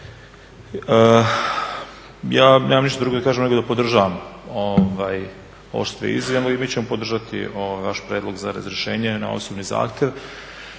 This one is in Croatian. ja nemam ništa drugo da kažem nego da podržavam ovo što ste iznijeli i mi ćemo podržati vaš prijedlog za razrješenje na osobni zahtjev.